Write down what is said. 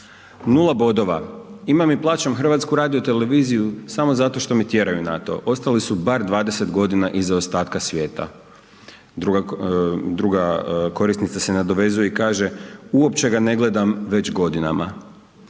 Nula bodova, imam i plaćam HRT samo zato što me tjeraju na to ostali su bar 20 godina iza ostatka svijeta. Druga korisnica se nadovezuje i kaže, uopće ga ne gledam već godinama.